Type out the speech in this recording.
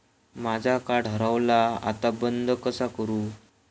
माझा कार्ड हरवला आता बंद कसा करू?